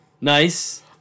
Nice